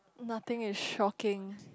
nothing is shocking